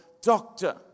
doctor